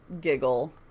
Giggle